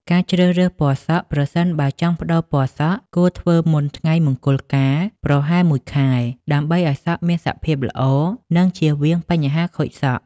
ការជ្រើសរើសពណ៌សក់ ប្រសិនបើចង់ប្តូរពណ៌សក់ គួរធ្វើមុនថ្ងៃមង្គលការប្រហែលមួយខែ ដើម្បីឱ្យសក់មានសភាពល្អ និងជៀសវាងបញ្ហាខូចសក់។